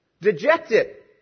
Dejected